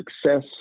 Success